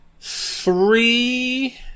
Three